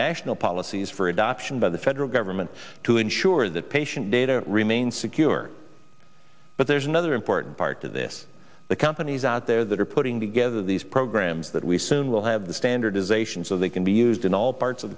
national policies for adoption by the federal government to ensure that patient data remain secure but there's another important part of this the companies out there that are putting together these programs that we soon will have the standardization so they can be used in all parts of